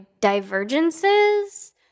divergences